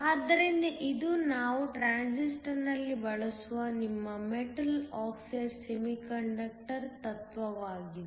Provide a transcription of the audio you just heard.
ಆದ್ದರಿಂದ ಇದು ನಾವು ಟ್ರಾನ್ಸಿಸ್ಟರ್ ನಲ್ಲಿ ಬಳಸುವ ನಿಮ್ಮ ಮೆಟಲ್ ಆಕ್ಸೈಡ್ ಸೆಮಿಕಂಡಕ್ಟರ್ನ ತತ್ವವಾಗಿದೆ